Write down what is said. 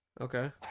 Okay